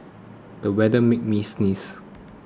the weather made me sneeze